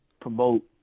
promote